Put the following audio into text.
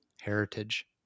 heritage